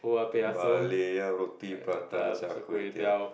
balik-a roti prata char-kueh-teow